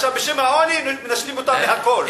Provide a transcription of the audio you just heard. ועכשיו בשם העוני הם מנשלים אותם מהכול.